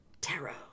tarot